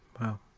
wow